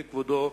וכבודו,